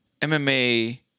mma